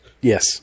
Yes